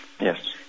Yes